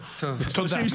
חברות הכנסת,